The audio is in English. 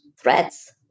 threats